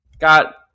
got